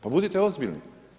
Pa budite ozbiljni.